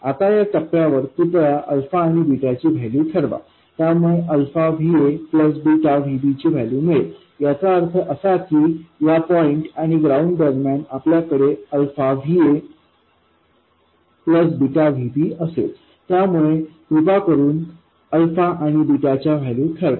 आता या टप्प्यावर कृपया अल्फा आणि बीटा ची व्हॅल्यू ठरवा त्यामुळे अल्फा Va प्लस बीटा Vbची व्हॅल्यू मिळेल याचा अर्थ असा की या पॉईंट आणि ग्राउंड दरम्यान आपल्याकडे अल्फा Va प्लस बीटा Vbअसेल त्यामुळे कृपया अल्फा आणि बीटा च्या व्हॅल्यू ठरवा